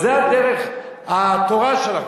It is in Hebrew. זה הדרך, התורה של,